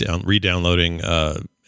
re-downloading